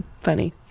funny